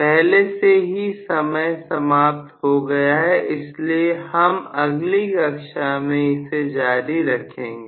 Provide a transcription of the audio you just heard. पहले से ही समय समाप्त हो गया है इसलिए हम अगली कक्षा में इसे जारी रखेंगे